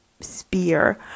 spear